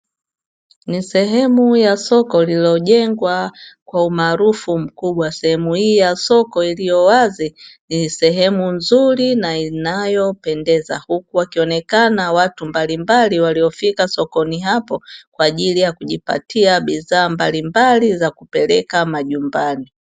Ni sehemu ya soko lililojengwa kwa umaarufu mkubwa, sehemu hii ya soko iliyo wazi ni sehemu nzuri na inayo pendeza huku wakionekana watu mbalimbali sokoni hapo kwajili ya kujipatia bidhaa mbalimbali za kupeleka majumbani.